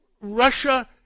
Russia